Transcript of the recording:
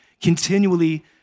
continually